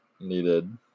needed